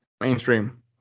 mainstream